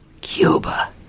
Cuba